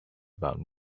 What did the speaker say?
about